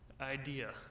idea